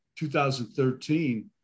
2013